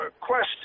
quest